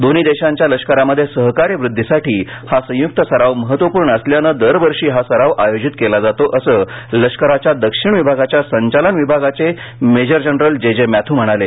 दोन्ही देशांच्या लष्करामध्ये सहकार्य वृद्वीसाठी हा संयुक्त सराव महत्त्वपूर्ण असल्यानं दरवर्षी हा सराव आयोजित केला जातो असं लष्कराच्या दक्षिण विभागाच्या संचालन विभागाचे major general J J Matthew म्हणाले